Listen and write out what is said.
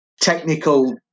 technical